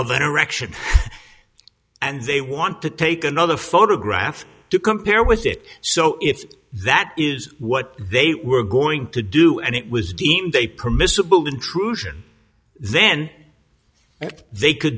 of an erection and they want to take another photograph to compare with it so if that is what they were going to do and it was deemed a permissible intrusion then they could